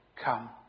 come